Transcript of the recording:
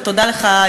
ותודה לך,